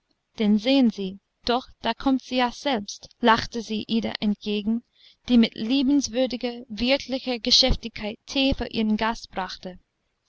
denn sehen sie doch da kommt sie ja selbst lachte sie ida entgegen die mit liebenswürdiger wirtlicher geschäftigkeit tee für ihren gast brachte